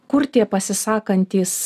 kur tie pasisakantys